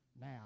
Now